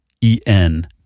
E-N